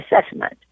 Assessment